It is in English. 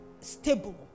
stable